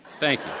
thank